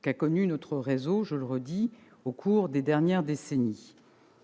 qu'a connus notre réseau, je le redis, au cours des dernières décennies.